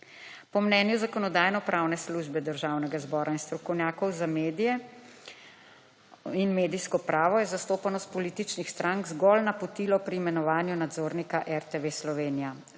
Po mnenju Zakonodajno-pravne službe Državnega zbora in strokovnjakov za medije in medijsko pravo je zastopanost političnih strank zgolj napotilo pri imenovanju nadzornika RTV Slovenija.